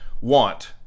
want